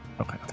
Okay